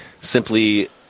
simply